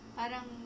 parang